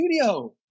studio